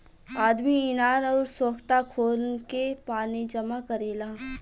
आदमी इनार अउर सोख्ता खोन के पानी जमा करेला